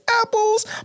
Apples